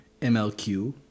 MLQ